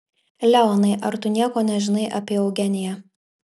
leonai ar tu nieko nežinai apie eugeniją